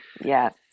Yes